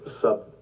sub